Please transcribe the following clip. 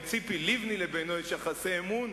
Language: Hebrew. אם בין ציפי לבני לבינו יש יחסי אמון,